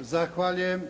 Zahvaljujem.